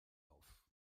auf